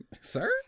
Sir